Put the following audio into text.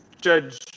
judge